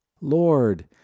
Lord